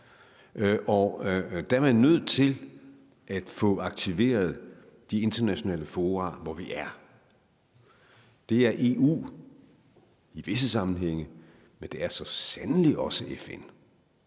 Der er man nødt til at få aktiveret de internationale fora, hvor vi er. Det er EU i visse sammenhænge, men det er så sandelig også FN.